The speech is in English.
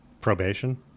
probation